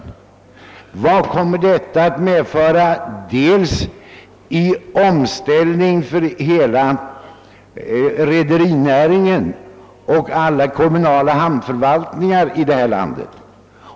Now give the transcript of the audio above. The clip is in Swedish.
Vad kommer detta att medföra i omställning för hela rederinäringen och alla kommunala hamnförvaltningar här i landet?